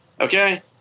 okay